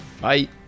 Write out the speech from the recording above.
Bye